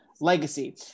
legacy